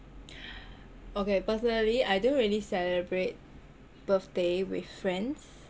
okay personally I don't really celebrate birthday with friends